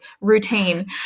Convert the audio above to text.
routine